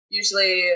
usually